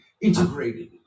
integrated